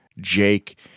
Jake